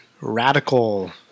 radical